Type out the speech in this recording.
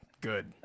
Good